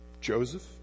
Joseph